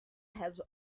has